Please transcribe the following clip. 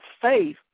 faith